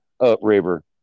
upriver